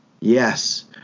Yes